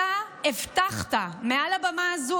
אתה הבטחת מעל הבמה הזו,